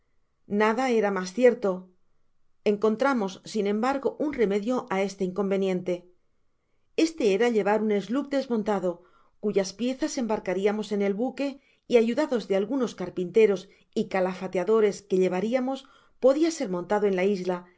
nada era mas cierto encontramos sin embargo un remedio á este inconveniente este era llevar un eslo desmontado cuyas piezas embarcariamos en el buque y ayudados de algunos carpinteros y calafateadores qhe he variamos podia ser montado en la isla